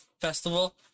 festival